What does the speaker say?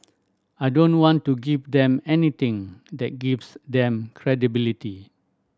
I don't want to give them anything that gives them credibility